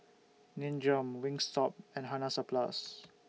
Nin Jiom Wingstop and Hansaplast